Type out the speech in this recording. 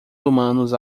humanos